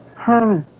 herrmann